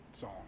song